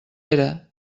era